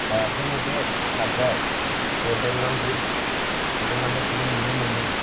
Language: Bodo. ओ जोङो बे पार्काव गल्डेन लांगुर गल्डेन लांगुरखौबो नुनो मोनो